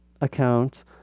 account